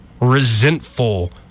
resentful